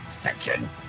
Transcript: section